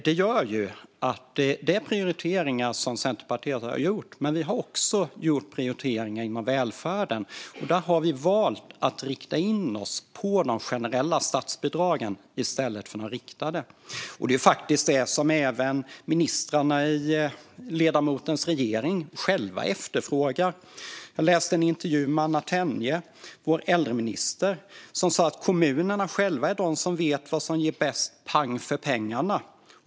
Det här är frågor som Centerpartiet har prioriterat. Vi har också gjort prioriteringar inom välfärden, och där har vi valt att rikta in oss på de generella statsbidragen i stället för de riktade. Det är också det som ministrarna i ledamotens regering själva efterfrågar. Jag läste en intervju med Anna Tenje, vår äldreminister, där hon sa följande: "Kommunerna själva är de som vet vad som ger bäst 'pang för pengarna' .